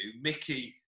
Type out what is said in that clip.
Mickey